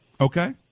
Okay